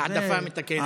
העדפה מתקנת.